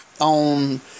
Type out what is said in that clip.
on